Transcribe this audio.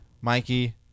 Mikey